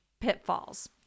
pitfalls